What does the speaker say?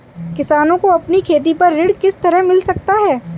किसानों को अपनी खेती पर ऋण किस तरह मिल सकता है?